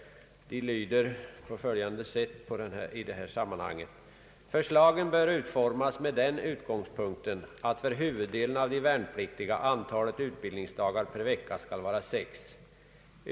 Det heter på denna punkt: »Förslagen bör utformas med den utgångspunkten att för huvuddelen av de värnpliktiga antalet utbildningsdagar per vecka skall vara sex.